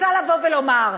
רוצה לבוא ולומר,